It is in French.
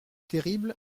terrible